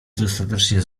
dostatecznie